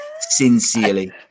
sincerely